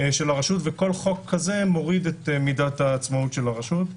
של הרשות וכל חוק כזה מוריד את מידת העצמאות של הרשות.